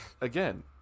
again